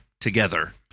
together